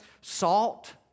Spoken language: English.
Salt